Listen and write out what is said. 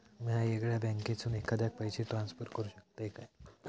म्या येगल्या बँकेसून एखाद्याक पयशे ट्रान्सफर करू शकतय काय?